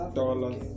dollars